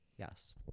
Yes